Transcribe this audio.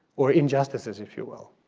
or injustices, if you will,